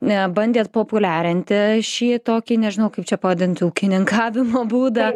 na bandėt populiarinti šį tokį nežinau kaip čia pavadint ūkininkavimo būdą